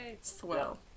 swell